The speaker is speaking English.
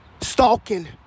stalking